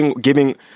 giving